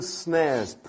snares